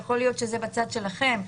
יכול להיות שזה בצד שלכם,